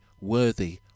worthy